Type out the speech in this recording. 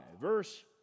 Verse